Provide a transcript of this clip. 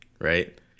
right